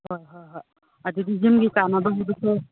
ꯍꯣꯏ ꯍꯣꯏ ꯍꯣꯏ ꯑꯗꯨꯗꯤ ꯖꯤꯝꯒꯤ ꯆꯥꯅꯕꯒꯤꯗꯨꯁꯨ